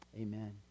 Amen